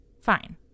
fine